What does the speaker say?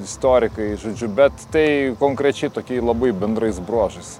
istorikai žodžiu bet tai konkrečiai tokiai labai bendrais bruožais